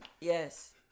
Yes